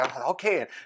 okay